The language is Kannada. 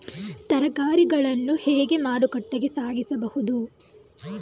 ತರಕಾರಿಗಳನ್ನು ಹೇಗೆ ಮಾರುಕಟ್ಟೆಗೆ ಸಾಗಿಸಬಹುದು?